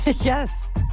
Yes